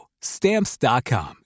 Stamps.com